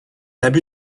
abus